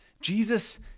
Jesus